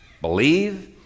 believe